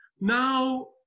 Now